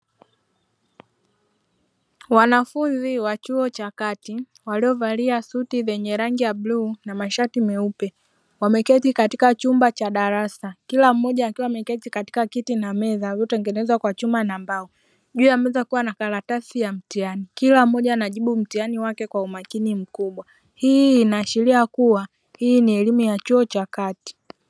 Wanafunzi wa chuo cha kati waliovalia suti zenye rangi ya bluu na mashati meupe wameketi katika chumba cha darasa, kila mmoja akiwa ameketi katika kiti na meza vilivyoyengenezwa kwa chuma na mbao juu ya meza kukiwa na karatasi ya mtihani, kila mmoja anajibu mtihani wake kwa umakini mkubwa hii inaashiria kuwa hii ni elimu ya chuo cha kati.